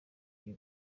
ibi